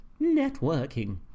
Networking